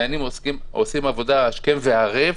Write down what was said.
הדיינים עושים עבודה השכם והערב,